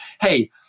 hey